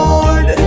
Lord